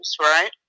right